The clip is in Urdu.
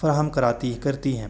فراہم کراتی کرتی ہیں